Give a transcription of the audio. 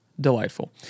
delightful